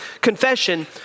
confession